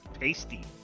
tasty